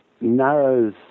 narrows